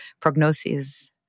prognoses